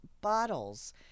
bottles